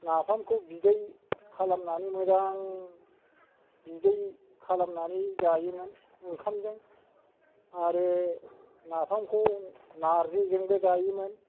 नाफामखौ बिदै खालामनानै मोजां बिदै खालामनानै जायोमोन ओंंखामजों आरो नाफामखौ नारजि जोंबो जायोमोन